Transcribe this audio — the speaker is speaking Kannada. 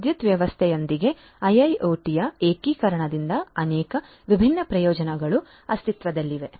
ವಿದ್ಯುತ್ ವ್ಯವಸ್ಥೆಯೊಂದಿಗೆ IIoT ಯ ಏಕೀಕರಣದಿಂದ ಅನೇಕ ವಿಭಿನ್ನ ಪ್ರಯೋಜನಗಳು ಅಸ್ತಿತ್ವದಲ್ಲಿವೆ